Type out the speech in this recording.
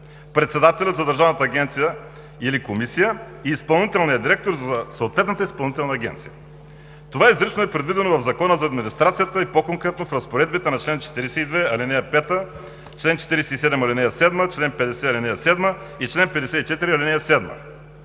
председателя на държавната агенция или комисия и изпълнителния директор за съответната изпълнителна агенция. Това изрично е предвидено в Закона за администрацията и по-конкретно в разпоредбите на чл. 42, ал. 5; чл. 47, ал. 7; чл. 50, ал. 7 и чл. 54, ал. 7.